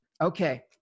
Okay